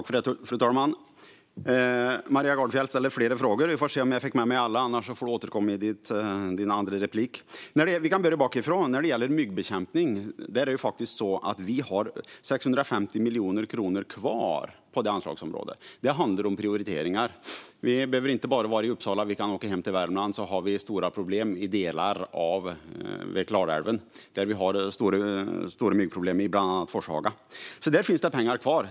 Fru talman! Maria Gardfjell ställde flera frågor. Vi får se om jag kommer ihåg alla, annars får jag återkomma i min andra replik. Vi kan börja bakifrån. På anslagsområdet myggbekämpning har vi 650 miljoner kronor kvar. Det handlar om prioriteringar. Vi behöver inte bara vara i Uppsala, utan vi kan åka hem till Värmland där vi har stora myggproblem vid delar av Klarälven, bland annat i Forshaga. Det finns alltså pengar kvar.